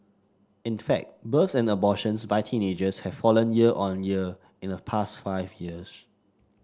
in fact births and abortions by teenagers have fallen year on year in the past five years